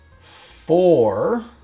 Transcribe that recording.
four